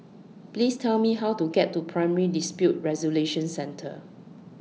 Please Tell Me How to get to Primary Dispute Resolution Centre